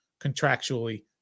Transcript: contractually